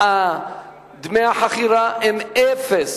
דמי החכירה הם אפס,